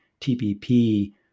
TPP